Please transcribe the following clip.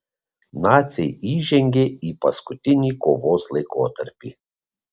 naciai įžengė į paskutinį kovos laikotarpį